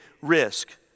risk